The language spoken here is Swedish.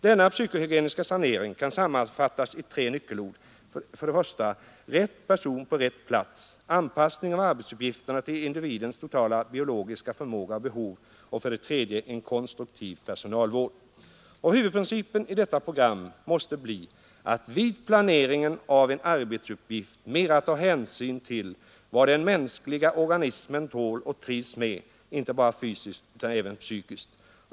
Denna psykohygieniska sanering kan sammanfattas i tre nyckelord: 1) rätt man på rätt plats, 2) anpassning av arbetsuppgifterna till individens totala biologiska förmåga och behov, och 3) en konstruktiv personalvård. Huvudprincipen i detta program måste bli att vid planeringen av en arbetsuppgift mera ta hänsyn till vad den mänskliga organismen tål och trivs med, inte bara fysiskt utan även psykiskt.